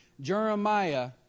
Jeremiah